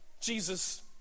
Jesus